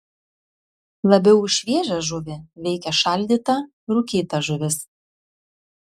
labiau už šviežią žuvį veikia šaldyta rūkyta žuvis